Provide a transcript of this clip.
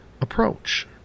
approach